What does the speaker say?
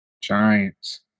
Giants